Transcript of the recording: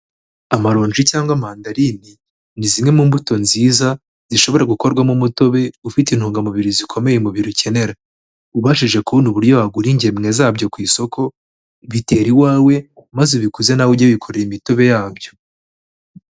Amaronji cyangwa mandarini, ni zimwe mu mbuto nziza zishobora gukorwamo umutobe ufite intungamubiri zikomeye umubiri ukenera, ubashije kubona uburyo wagura ingemwe zabyo ku isoko, bitere iwawe maze ubikuze nawe ujye wikore imitobe yabyo.